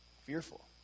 fearful